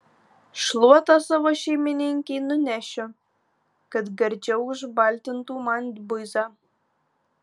šluotą savo šeimininkei nunešiu kad gardžiau užbaltintų man buizą